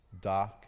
Dark